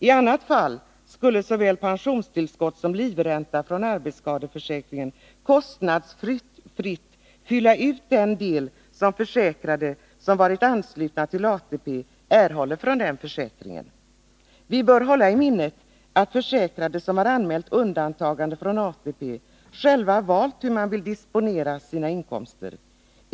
I annat fall skulle såväl pensionstillskott som livränta från arbetsskadeförsäkringen kostnadsfritt fylla ut den del som försäkrade som varit anslutna till ATP erhåller från den försäkringen. Vi bör hålla i minnet att försäkrade som har anmält undantagande från ATP själva valt hur de vill disponera sina inkomster.